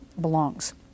belongs